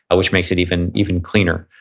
ah which makes it even even cleaner.